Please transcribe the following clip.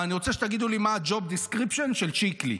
אבל אני רוצה שתגידו לי מה ה-job description של שיקלי?